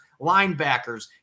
linebackers